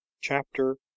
Chapter